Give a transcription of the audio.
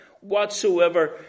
whatsoever